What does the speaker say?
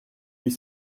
huit